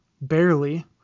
barely